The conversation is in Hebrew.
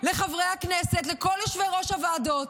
לחברי הכנסת, לכל יושבי ראש הוועדות,